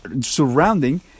surrounding